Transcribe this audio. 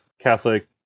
Catholic